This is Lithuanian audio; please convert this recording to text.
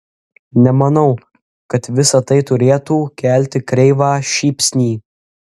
nemanau kad visa tai turėtų kelti kreivą šypsnį